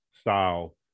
style